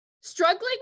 struggling